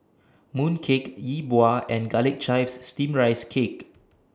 Mooncake Yi Bua and Garlic Chives Steamed Rice Cake